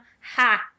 Ha